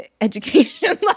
education